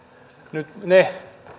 nyt ne